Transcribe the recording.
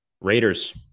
Raiders